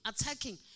attacking